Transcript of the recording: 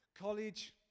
college